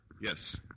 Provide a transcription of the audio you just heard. Yes